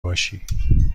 باشی